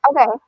Okay